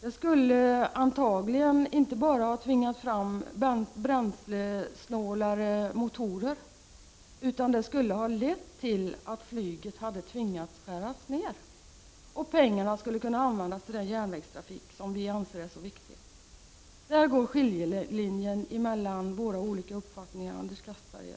Det skulle antagligen inte bara ha tvingat fram bränslesnålare motorer, utan ha lett till att flyget hade tvingats skära ned och pengarna skulle kunna användas till den järnvägstrafik som vi anser så viktig. Där går skiljelinjen mellan våra olika uppfattningar, Anders Castberger.